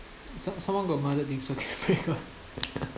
some~ someone got mother instincts pretty good